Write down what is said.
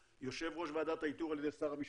יושב ראש ועדת האיתור על ידי שר המשפטים.